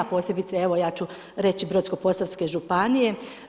Posebice evo ja ću reći brodsko-posavske županije.